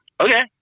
Okay